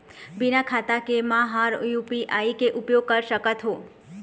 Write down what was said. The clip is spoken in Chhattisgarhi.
बिना खाता के म हर यू.पी.आई के उपयोग कर सकत हो?